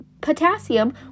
potassium